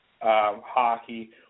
hockey